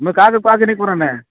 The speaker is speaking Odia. ମୁଇଁ କାଜ୍ କାଜ୍ ନାଇଁକରେ ନେ